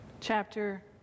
Chapter